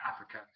Africa